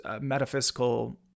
metaphysical